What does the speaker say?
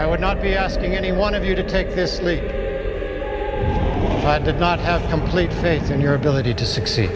i would not be asking any one of you to take this leap it did not have complete faith in your ability to succeed